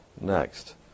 next